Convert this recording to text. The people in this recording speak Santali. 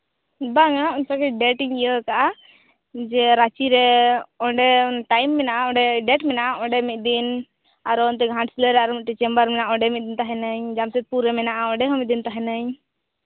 ᱵᱟᱝᱼᱟ ᱚᱱᱠᱟ ᱜᱮ ᱰᱮᱴᱤᱧ ᱤᱭᱟᱹ ᱟᱠᱟᱜᱼᱟ ᱡᱮ ᱨᱟ ᱪᱤ ᱨᱮ ᱚᱸᱰᱮ ᱴᱟᱭᱤᱢ ᱢᱮᱱᱟᱜᱼᱟ ᱰᱮᱹᱴ ᱢᱮᱱᱟᱜᱼᱟ ᱚᱸᱰᱮ ᱢᱤᱫ ᱫᱤᱱ ᱟᱨᱚ ᱚᱱᱛᱮ ᱜᱷᱟᱴᱥᱤᱞᱟᱹ ᱨᱮ ᱟᱨ ᱢᱤᱫᱴᱮᱱ ᱪᱮᱢᱵᱟᱨ ᱢᱮᱱᱟᱜᱼᱟ ᱚᱸᱰᱮ ᱢᱤᱫ ᱫᱤᱱ ᱛᱟᱦᱮᱸ ᱱᱟᱹᱧ ᱡᱟᱢᱥᱮᱫᱽᱯᱩᱨ ᱨᱮ ᱢᱮᱱᱟᱜᱼᱟ ᱚᱸᱰᱮ ᱦᱚᱸ ᱢᱤᱫ ᱫᱤᱱ ᱛᱟᱦᱮᱸ ᱱᱟᱹᱧ